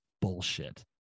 bullshit